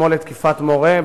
כמו לתקיפת מורה,